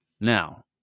Now